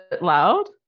loud